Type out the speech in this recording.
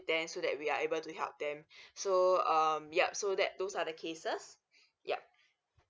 then so we are able to help them so um yup so that those are the cases yup